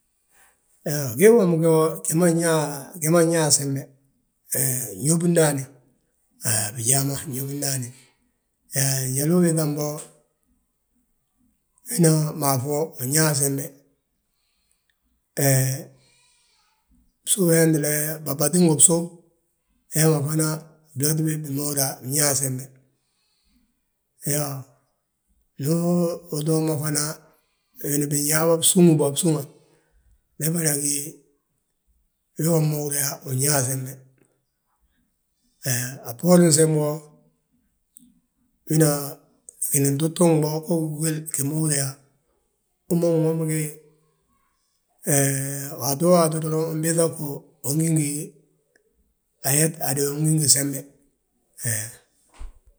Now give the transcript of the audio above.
Iyoo, gii womi go gi ma nñaa sembe, he gyóbi ndaani, bijaama gyóbdi ndaani. He njalu ubiiŧam bo, wina maaf wo, win ñaa sembe, he bsu wentele, babatí ngi bsu, wee ma fana bloti bi bi ma húri yaa mñaa sembe. Iyoo, ndu utoo mo fana, wini binyaa bo bsuŋi bo bsuŋa, be fana gí wii wom ma húri yaa win ñaa sembe. He a boorin sembu wo, wina wini ntuug tuugim bo ge gí gwil gi ma húri yaa, hú ma nwomgi. Hee waato waati mbiiŧa go, ugi ngi yet, hadu ugí ngi sembe.